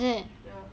ya